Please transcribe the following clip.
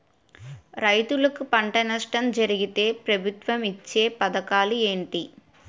రైతులుకి పంట నష్టం జరిగితే ప్రభుత్వం ఇచ్చా పథకాలు ఏంటి?